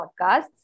podcasts